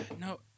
no